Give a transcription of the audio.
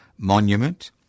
Monument